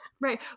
Right